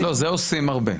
לא, זה עושים הרבה.